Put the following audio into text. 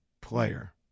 player